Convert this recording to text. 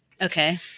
Okay